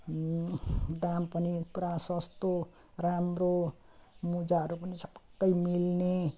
दाम पनि पुरा सस्तो राम्रो मुजाहरू पनि सपक्कै मिल्ने